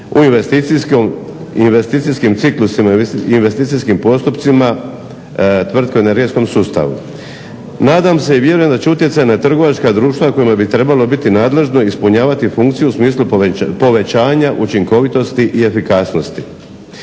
u investicijskim ciklusima i investicijskim postupcima tvrtki u energetskom sustavu. Nadam se i vjerujem da će utjecaj na trgovačka društva kojima bi trebalo biti nadležno ispunjavati funkcije u smislu povećanja učinkovitosti i efikasnosti.